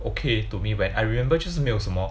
okay to me when I remember 就是没有什么